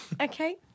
Okay